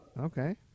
Okay